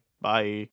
Bye